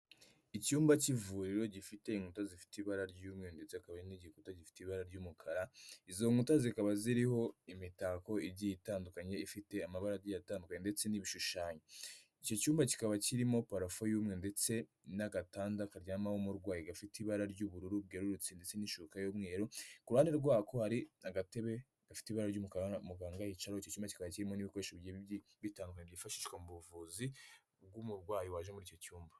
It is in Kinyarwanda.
Icyumba k'ivuriro gifite inkuta zifite ibara ry'umweru ndetse hakaba hari n'igikuta gifite ibara ry'umukara, izo nkuta zikaba ziriho imitako igiye itandukanye ifite amabara agiye atandukanye ndetse n'ibishushanyo, icyo cyumba kikaba kirimo parafo y'umweru ndetse n'agatanda karyamaho umurwayi, gafite ibara ry'ubururu bwerurutse ndetse n'ishuka y'umweru, ku ruhande rwako hari agatebe gafite ibara ry'umukara muganga yicaraho icyo cyumba kikaba kirimo n'ibikoresho bigiye bitandukanye byifashwa mu buvuzi bw'umurwayi waje muri icyo cyumba.